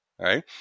right